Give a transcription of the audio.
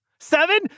Seven